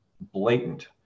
blatant